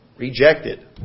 Rejected